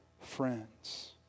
friends